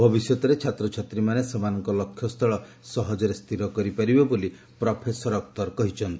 ଭବିଷ୍ୟତରେ ଛାତ୍ରଛାତ୍ରୀମାନେ ସେମାନଙ୍କ ଲକ୍ଷ୍ୟସ୍ଥଳ ସହଜରେ ସ୍ଥିର କରିପାରିବ ବୋଲି ପ୍ରଫେସର ଅଖ୍ତର୍ କହିଛନ୍ତି